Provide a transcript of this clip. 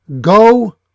Go